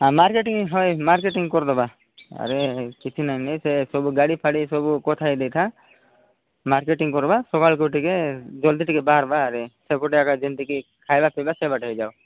ହଁ ମାର୍କେଟିଙ୍ଗ ହଏ ମାର୍କେଟିଙ୍ଗ କର ଦେବା ଆରେ କିଛି ନାହିଁ ନ ସେ ସେସବୁ ଗାଡ଼ି ଫାଡ଼ି କଥା ହେଇ ଲେଖା ମାର୍କେଟିଙ୍ଗ କରବା ସକାଳୁ ତୁ ଟିକେ ଜଲଦି ଟିକେ ବାହାରବାରେ ସେପଟେ ଆକା ଯେମିତି କି ଖାଇବା ପିଇବା ସେଇ ବାଟେ ହେଇଯାଉ